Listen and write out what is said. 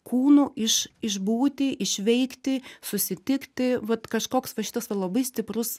kūnu iš išbūti išveikti susitikti vat kažkoks va šitas yra labai stiprus